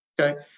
okay